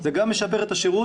זה גם משפר את השירות,